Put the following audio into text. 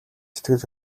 сэтгэл